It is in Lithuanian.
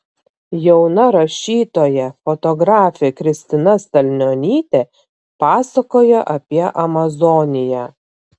jauna rašytoja fotografė kristina stalnionytė pasakoja apie amazoniją